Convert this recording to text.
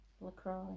LaCroix